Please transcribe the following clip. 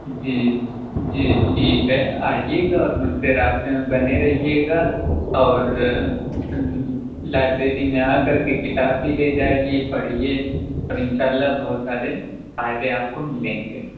جی جی ٹھیک ہے آئیے گا اور مجھ سے رابطے میں بنے رہیے گا اور لائبریری میں آ کر کے کتاب بھی لے جائیے پڑھیے اور ان شاء اللہ بہت سارے فائدے آپ کو ملیں گے